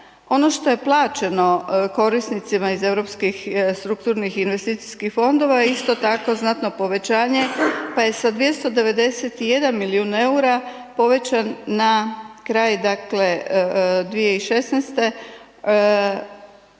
Ono što je plaćeno korisnicima iz Europskih strukturnih i investicijskih fondova isto tako znatno povećanje pa je sa 291 milijun EUR-a povećan na kraj 2016. 1,98